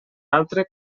altre